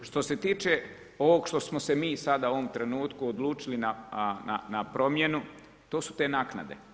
Što se tiče ovog što smo se mi sada u ovom trenutku odlučili na promjenu to su te naknade.